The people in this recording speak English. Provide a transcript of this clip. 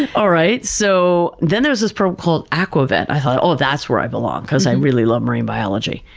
and all right, so then there's this program called aqua vet. i thought, oh, that's where i belong, because i really love marine biology.